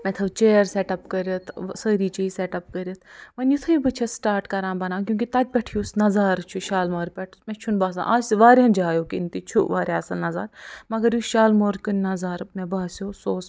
مےٚ تھٲو چِیر سٮ۪ٹ اَپ کٔرِتھ سٲری چیٖز سٮ۪ٹ اَپ کٔرِتھ وۅنۍ یُتھٕے بہٕ چھَس سِٹارٹ کَران بناوُن کیٛوٗنٛکہِ تَتہِ پٮ۪ٹھٕ یُس نظارٕ چھُ شالمار پٮ۪ٹھ مےٚ چھُنہٕ باسان آسہِ واریاہَن جایَو کِنۍ تہِ چھُ واریاہ اَصٕل نظارٕ مگر یُس شالمار کِنۍ نظارٕ مےٚ باسٮ۪و سُہ اوس